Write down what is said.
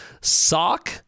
sock